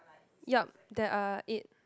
yup there are eight